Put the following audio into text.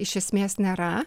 iš esmės nėra